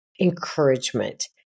encouragement